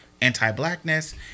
anti-blackness